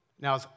Now